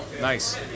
Nice